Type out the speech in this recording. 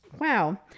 wow